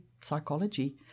psychology